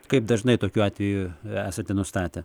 kaip dažnai tokių atvejų esate nustatę